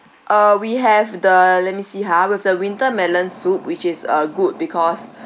uh we have the let me see ha we've the winter melon soup which is uh good because